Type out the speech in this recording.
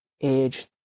age